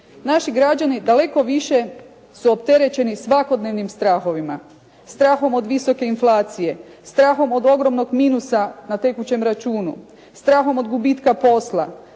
Naši građani daleko više su opterećeni svakodnevnim strahovima, strahom od visoke inflacije, strahom od ogromnog minusa na tekućem računu, strahom od gubitka posla,